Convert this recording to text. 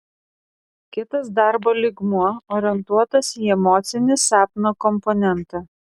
kitas darbo lygmuo orientuotas į emocinį sapno komponentą